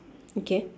okay